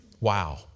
wow